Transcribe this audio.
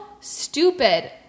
stupid